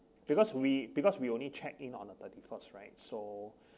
because we because we only check in on thirty first right so